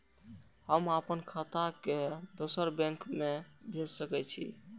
हम आपन खाता के दोसर बैंक में भेज सके छी?